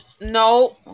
no